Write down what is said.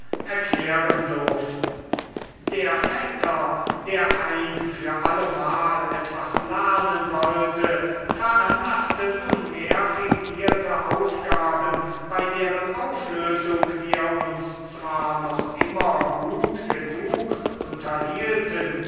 erklären durften der vetter der ein für allemal etwas lernen wollte veranlaßte nunmehr fingierte aufgaben bei deren auflösung wir uns zwar noch immer gut genug unterhielten